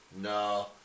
No